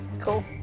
cool